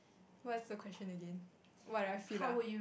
what's the question again what do I feel ah